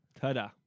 Ta-da